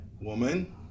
woman